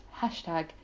hashtag